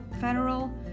federal